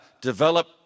develop